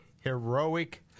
heroic